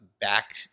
back